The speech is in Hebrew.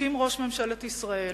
עוסקים ראש ממשלת ישראל